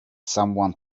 someone